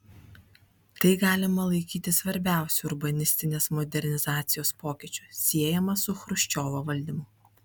tai galima laikyti svarbiausiu urbanistinės modernizacijos pokyčiu siejamu su chruščiovo valdymu